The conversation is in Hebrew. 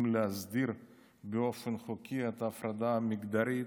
להסדיר באופן חוקי את ההפרדה המגדרית,